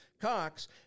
Cox